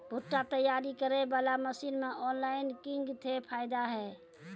भुट्टा तैयारी करें बाला मसीन मे ऑनलाइन किंग थे फायदा हे?